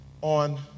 on